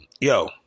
yo